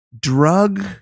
drug